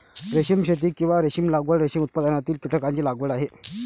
रेशीम शेती, किंवा रेशीम लागवड, रेशीम उत्पादनातील कीटकांची लागवड आहे